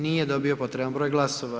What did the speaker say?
Nije dobio potreban broj glasova.